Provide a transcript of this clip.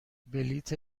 بلیت